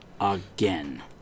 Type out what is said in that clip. again